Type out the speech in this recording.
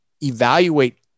evaluate